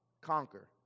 conquer